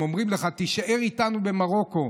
הם אומרים לך: תישאר איתנו במרוקו,